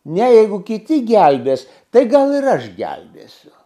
jeigu kiti gelbės tai gal ir aš gelbėsiu